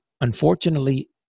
unfortunately